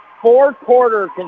Four-quarter